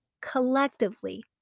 collectively